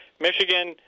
Michigan –